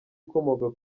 ukomoka